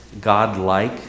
God-like